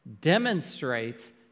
demonstrates